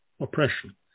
oppression